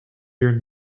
your